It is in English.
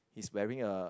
he's wearing a